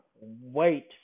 wait